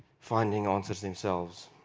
finding answers themselves.